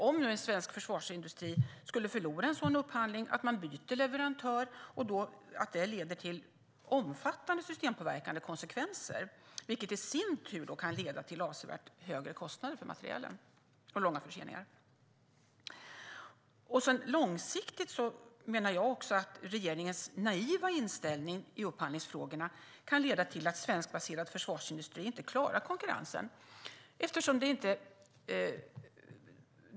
Om svensk försvarsindustri skulle förlora en upphandling och det blir ett byte av leverantör skulle det leda till omfattande systempåverkande konsekvenser, vilket i sin tur kan leda till avsevärt högre kostnader för materielen och långa förseningar. Regeringens naiva inställning i upphandlingsfrågorna kan leda till att svenskbaserad försvarsindustri inte klarar konkurrensen.